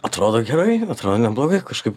atrodo gerai atrodo neblogai kažkaip